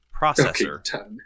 processor